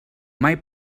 mai